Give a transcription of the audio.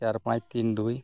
ᱪᱟᱨ ᱯᱟᱸᱪ ᱛᱤᱱ ᱫᱩᱭ